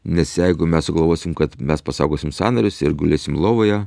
nes jeigu mes sugalvosim kad mes pasaugosim sąnarius ir gulėsim lovoje